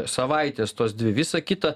savaitės tos dvi visa kita